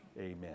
amen